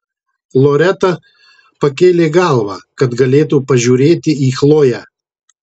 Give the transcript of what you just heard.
loreta pakėlė galvą kad galėtų pažiūrėti į chloję